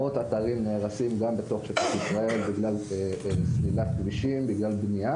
מאות אתרים נהרסים גם בתוך שטח ישראל בגלל סלילת כבישים ובגלל בנייה